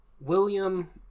william